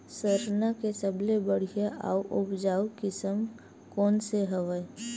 सरना के सबले बढ़िया आऊ उपजाऊ किसम कोन से हवय?